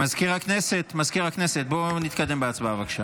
מזכיר הכנסת דן מרזוק: